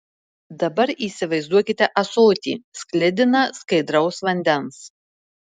dabar įsivaizduokite ąsotį sklidiną skaidraus vandens